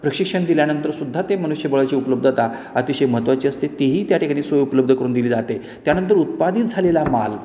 प्रशिक्षण दिल्यानंतरसुद्धा ते मनुष्यबळाची उपलब्धता आता अतिशय महत्त्वाची असते तीही त्याठिकाणी सोय उपलब्ध करून दिली जाते त्यानंतर उत्पादित झालेला माल